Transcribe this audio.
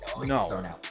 no